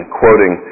quoting